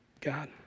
God